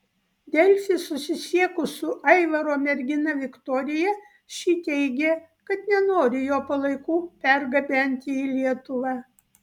delfi susisiekus su aivaro mergina viktorija ši teigė kad nenori jo palaikų pergabenti į lietuvą